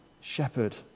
shepherd